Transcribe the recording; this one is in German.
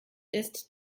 ist